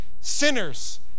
sinners